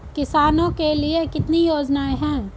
किसानों के लिए कितनी योजनाएं हैं?